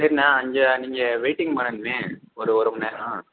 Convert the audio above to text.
சரிண்ணே அஞ்சு நீங்கள் வெய்ட்டிங் பண்ணனும்ண்ணே ஒரு ஒரு மணி நேரம்